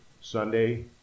Sunday